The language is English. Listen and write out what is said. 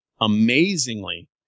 amazingly